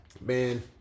Man